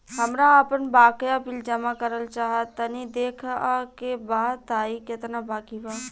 हमरा आपन बाकया बिल जमा करल चाह तनि देखऽ के बा ताई केतना बाकि बा?